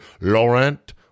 Laurent